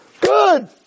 Good